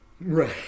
Right